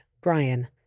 Brian